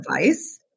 device